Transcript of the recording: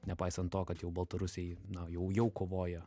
nepaisant to kad jau baltarusiai na jau jau kovojo